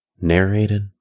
narrated